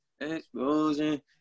Explosion